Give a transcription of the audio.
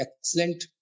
excellent